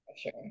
sure